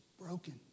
broken